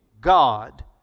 God